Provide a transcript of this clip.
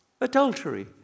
Adultery